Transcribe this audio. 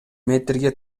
метрге